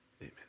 amen